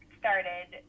started